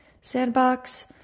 Sandbox